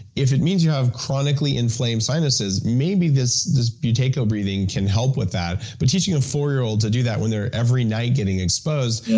if it means you have chronically inflamed sinuses, maybe this this buteyko breathing can help with that, but teaching a four-year-old to do that when they're every night getting exposed,